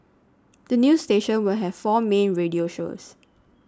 the new station will have four main radio shows